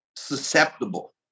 susceptible